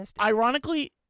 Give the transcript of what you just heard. Ironically